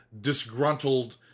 disgruntled